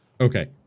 Okay